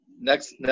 Next